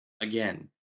again